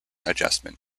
adjustment